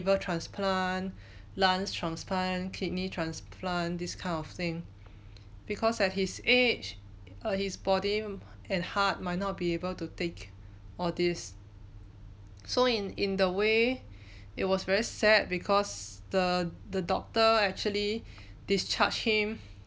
liver transplant lungs transplant kidney transplant this kind of thing because at his age err his body and heart might not be able to take all this so in in the way it was very sad because the the doctor actually discharge him